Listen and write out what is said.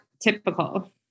typical